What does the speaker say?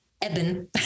Eben